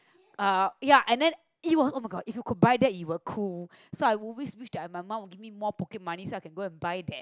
uh ya and then it oh-my-god if you could buy that it will cool so I always that my mum give me more pocket money so I can go for buy that